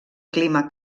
clima